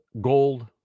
gold